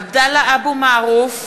עבדאללה אבו מערוף,